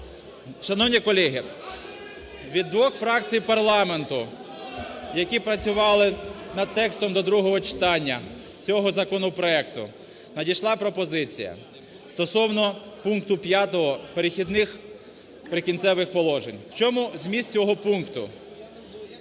Шановні колеги! Від двох фракцій парламенту, які працювали над текстом до другого читання цього законопроекту надійшла пропозиція стосовно пункту 5 "Перехідних і прикінцевих положень". В чому зміст цього пункту.